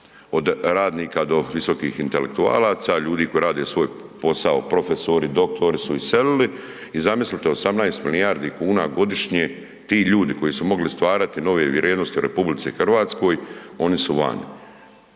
od radnika do visokih intelektualaca, ljudi koji rade svoj posao, profesori, doktori su iselili i zamislite 18 milijardi kuna godišnje ti ljudi koji su mogli stvarati nove vrijednosti u RH oni su vani,